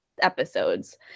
episodes